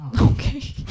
Okay